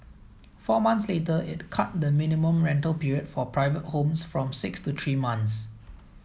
four months later it cut the minimum rental period for private homes from six to three months